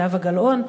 זהבה גלאון,